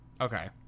Okay